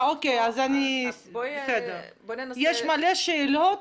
יש לי הרבה שאלות,